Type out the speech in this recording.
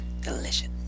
Delicious